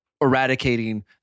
eradicating